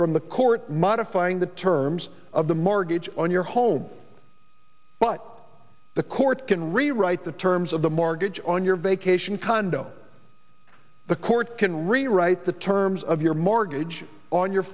from the court modifying the terms of the mortgage on your home but the court can rewrite the terms of the mortgage on your vacation condo the court can rewrite the terms of your mortgage on your